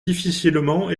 difficilement